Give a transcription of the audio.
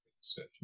search